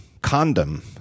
condom